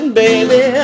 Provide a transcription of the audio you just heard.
baby